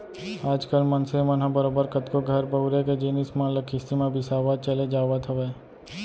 आज कल मनसे मन ह बरोबर कतको घर बउरे के जिनिस मन ल किस्ती म बिसावत चले जावत हवय